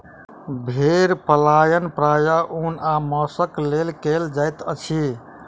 भेड़ पालन प्रायः ऊन आ मौंसक लेल कयल जाइत अछि